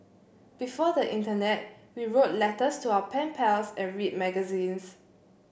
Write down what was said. before the internet we wrote letters to our pen pals and read magazines